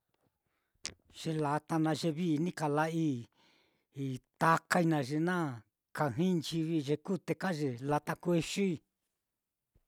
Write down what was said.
Ye latá naá ye vii ni kala'ai takai naá ye na kajai nchivi ye na kute ka ye latá kuexi